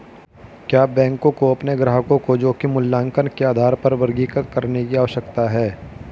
क्या बैंकों को अपने ग्राहकों को जोखिम मूल्यांकन के आधार पर वर्गीकृत करने की आवश्यकता है?